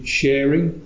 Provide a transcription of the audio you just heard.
sharing